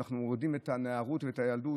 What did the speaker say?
אם אנחנו מורידים את הנערות ואת הילדות,